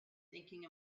thinking